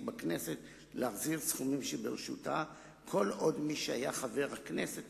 בכנסת להחזיר סכומים ברשותה כל עוד מי שהיה חבר הכנסת